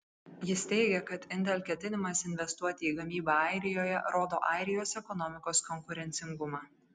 jis teigė kad intel ketinimas investuoti į gamybą airijoje rodo airijos ekonomikos konkurencingumą